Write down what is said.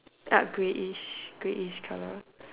dark greyish greyish colour